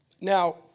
Now